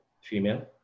female